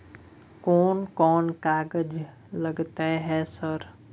कोन कौन कागज लगतै है सर?